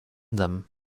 them